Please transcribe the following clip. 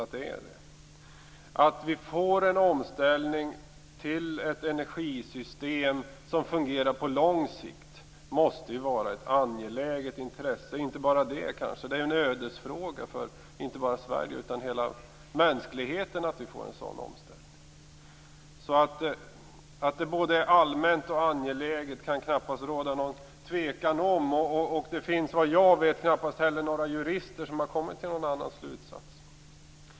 Att vi får en omställning till ett energisystem som fungerar på lång sikt måste ju vara ett angeläget intresse, och inte bara det utan också en ödesfråga för Sverige och hela mänskligheten. Att det är både ett allmänt intresse och angeläget kan det knappast råda någon tvekan om. Det finns, vad jag vet, knappast heller några jurister som har kommit till någon annan slutsats.